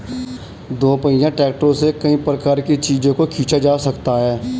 दोपहिया ट्रैक्टरों से कई प्रकार के चीजों को खींचा जा सकता है